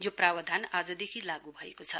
यो प्रावधान आजदेखि लागू भएको छ